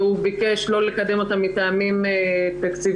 והוא ביקש לא לקדם אותם מטעמים תקציביים.